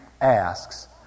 asks